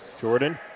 Jordan